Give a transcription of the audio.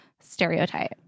stereotype